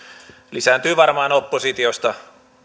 lisääntyy varmaan oppositiosta